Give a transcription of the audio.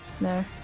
No